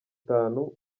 itanu